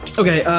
okay,